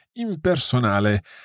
impersonale